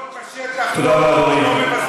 תודה רבה, אדוני.